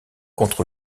contre